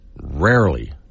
Rarely